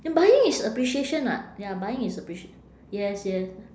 buying is appreciation [what] ya buying is appreci~ yes yes